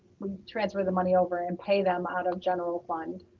we transfer the money over and pay them out of general fund.